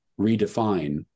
redefine